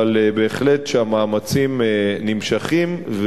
אבל בהחלט המאמצים נמשכים,